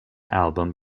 album